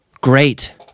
great